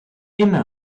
immer